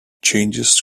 changes